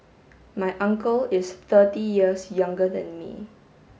my uncle is thirty years younger than me